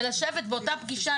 ולשבת באותה פגישה,